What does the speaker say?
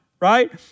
Right